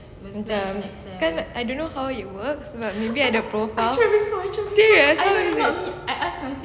macam kan I don't know how it works but maybe ada profile serious how is it